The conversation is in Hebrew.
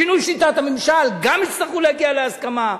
שינוי שיטת הממשל, גם יצטרכו להגיע להסכמה.